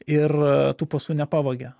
ir tų pasų nepavogė